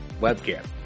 webcam